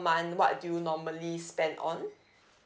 month what do you normally spend on